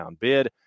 bid